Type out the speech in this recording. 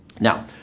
Now